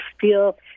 feel